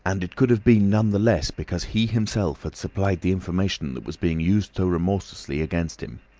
and it could have been none the less because he himself had supplied the information that was being used so remorselessly against him.